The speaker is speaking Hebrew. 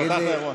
פתחת אירוע.